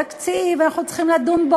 תקציב, צריך לדון בו.